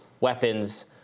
weapons